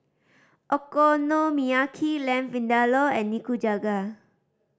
Okonomiyaki Lamb Vindaloo and Nikujaga